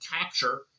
capture